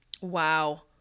Wow